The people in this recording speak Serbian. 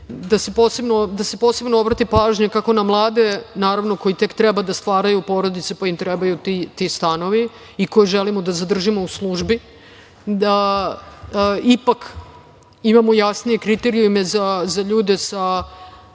da se posebno obrati pažnja, kao na mlade, naravno koji tek treba da stvaraju porodice, pa im trebaju ti stanovi i koje želimo da zadržimo u službi, da ipak imamo jasnije kriterijume za ljude sa